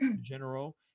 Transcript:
general